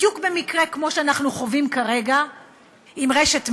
בדיוק במקרה כמו שאנחנו חווים כרגע עם "רשת מגה",